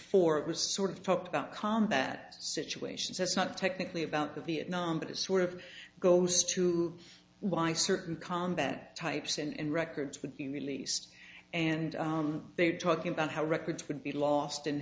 four it was sort of talked about combat situations it's not technically about the vietnam but it sort of goes to why certain combat types and records would be released and they were talking about how records would be lost